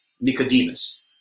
Nicodemus